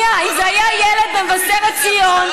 אם זה היה ילד ממבשרת ציון,